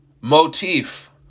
motif